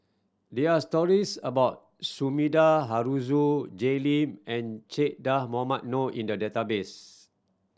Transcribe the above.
there are stories about Sumida Haruzo Jay Lim and Che Dah Mohamed Noor in the database